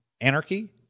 anarchy